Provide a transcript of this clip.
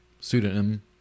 pseudonym